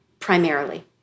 Primarily